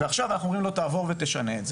ועכשיו אנחנו אומרים לו לשנות את זה.